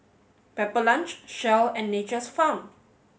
Pepper Lunch Shell and Nature's Farm